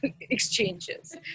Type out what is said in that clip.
exchanges